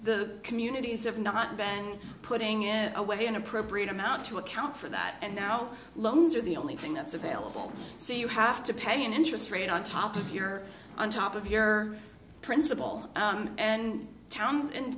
the communities have not been putting in a way an appropriate amount to account for that and now loans are the only thing that's available so you have to pay an interest rate on top of you're on top of your principal and towns and